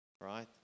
Right